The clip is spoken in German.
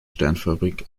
sternförmig